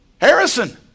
Harrison